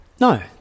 no